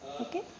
Okay